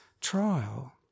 trial